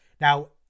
Now